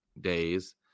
days